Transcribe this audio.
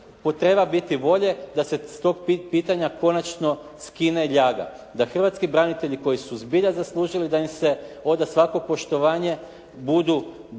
treba biti volje da se s tog pitanja konačno skine ljaga. Da hrvatski branitelji koji su zbilja zaslužili da im se oda svako poštovanje budu pravo,